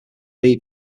leave